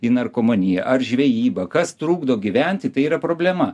į narkomaniją ar žvejybą kas trukdo gyventi tai yra problema